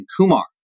Kumar